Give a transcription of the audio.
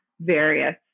various